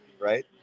right